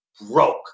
broke